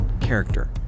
character